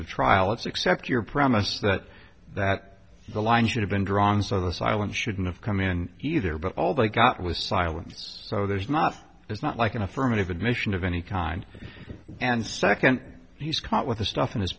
of trial it's accept your promise that that the line should have been drawn so the silence shouldn't have come in either but all they got was silence so there's not there's not like an affirmative admission of any kind and second he's caught with the stuff in his